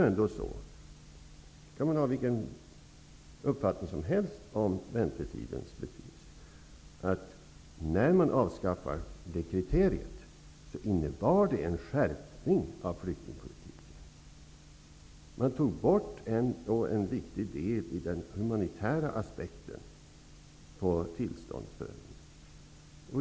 Vi kan ha vilken uppfattning som helst om väntetidens betydelse, men när det kriteriet avskaffades blev det en skärpning av flyktingpolitiken. En viktig del i den humanitära aspekten av tillståndsprövningen togs bort.